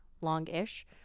long-ish